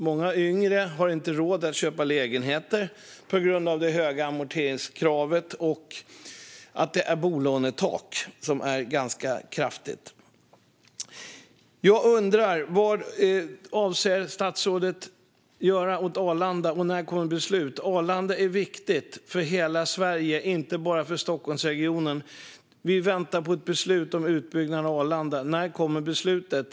Många yngre har inte råd att köpa lägenheter på grund av det höga amorteringskravet och på grund av det ganska kraftiga bolånetaket. Jag undrar vad statsrådet avser att göra åt Arlanda och när beslutet kommer. Arlanda är viktigt för hela Sverige, inte bara för Stockholmsregionen. Vi väntar på ett beslut om utbyggnad av Arlanda - när kommer beslutet?